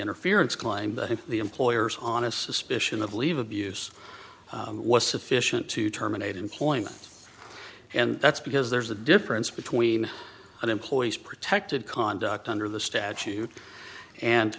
interference claim that the employer's on a suspicion of leave abuse was sufficient to terminate employment and that's because there's a difference between an employee's protected conduct under the statute and